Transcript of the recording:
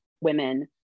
women